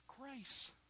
grace